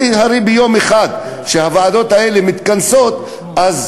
הרי הוועדות האלה מתכנסות ביום אחד,